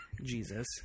Jesus